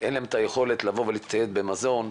אין להם את היכולת להצטייד במזון,